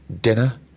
dinner